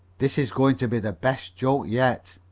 this is going to be the best joke yet.